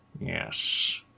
Yes